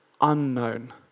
unknown